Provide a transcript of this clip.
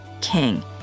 king